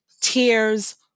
tears